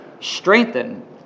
strengthen